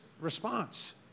response